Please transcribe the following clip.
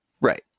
Right